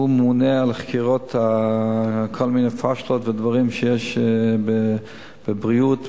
שהוא ממונה על חקירת כל מיני פשלות ודברים בנושאי בריאות,